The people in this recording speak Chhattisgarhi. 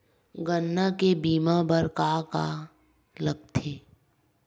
गन्ना के बीमा बर का का लगथे?